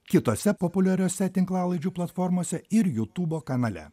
kitose populiariose tinklalaidžių platformose ir jutubo kanale